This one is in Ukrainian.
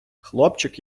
хлопчик